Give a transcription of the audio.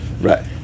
Right